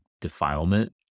defilement